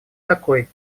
такой